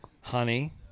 honey